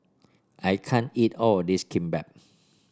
I can't eat all of this Kimbap